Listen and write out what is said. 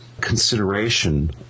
consideration